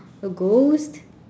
a ghost